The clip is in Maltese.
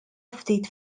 ftit